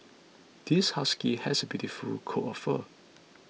this husky has a beautiful coat of fur